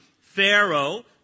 Pharaoh